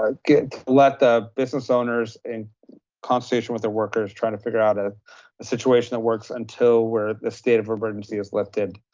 ah let the business owners in consultation with their worker's trying to figure out a situation that works until where the state of emergency has lifted.